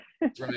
Right